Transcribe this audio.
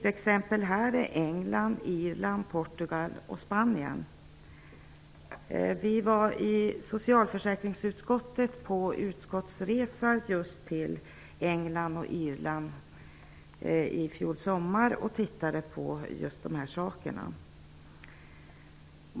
Typexempel här är England, Irland, Portugal och Spanien. Socialutskottet var på utskottsresa till England och Irland i fjol sommar och tittade på just de här sakerna.